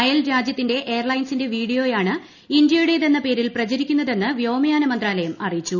അയൽ രാജ്യത്തിന്റെ എയർ ലൈൻസിന്റെ വീഡിയോയാണ് ഇന്ത്യയുടേതെന്ന പേരിൽ പ്രചരിക്കുന്നതെന്ന് വ്യോമയാന മന്ത്രാലയം അറിയിച്ചു